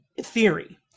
theory